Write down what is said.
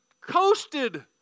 coasted